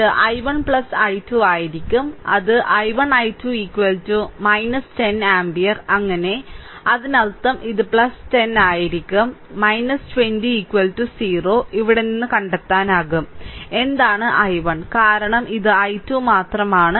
ഇത് I1 12 ആയിരിക്കും അത് I1 I2 10 ആമ്പിയർ അങ്ങനെ അതിനർത്ഥം ഇത് 10 ആയിരിക്കും 20 0 ഇവിടെ നിന്ന് കണ്ടെത്താനാകും എന്താണ് I1 കാരണം ഇത് 12 മാത്രമാണ്